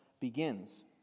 begins